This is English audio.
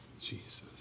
Jesus